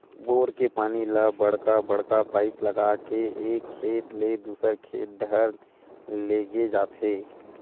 bore के पानी ल बड़का बड़का पाइप लगा के एक खेत ले दूसर खेत डहर लेगे जाथे